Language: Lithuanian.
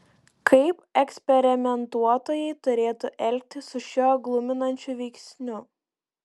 kaip eksperimentuotojai turėtų elgtis su šiuo gluminančiu veiksniu